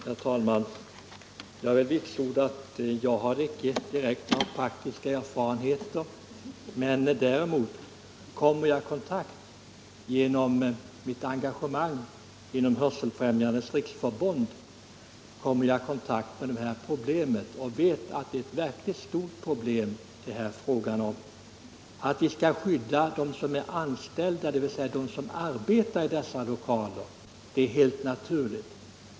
Herr talman! Jag vill vitsorda att jag har icke direkt några praktiska erfarenheter i det här avseendet, men däremot kommer jag genom mitt engagemang inom Hörselfrämjandets riksförbund i kontakt med dessa problem och vet att det är fråga om verkligt stora problem. Att vi skall skydda dem som arbetar i sådana här lokaler är helt naturligt.